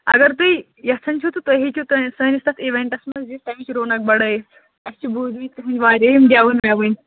اگر تُہۍ یژھان چھِوٕ تہٕ تُہۍ ہیٚکِو سأنِس سٲنِس تتھ اِیوینٛٹس منٛز یِتھ تَمِچ روٗنق بَڈاوِتھ اَسہِ چھُ بوٗزمٕتۍ تُہٕنٛدۍ واریاہ یِم گیٚوُن ویٚوُن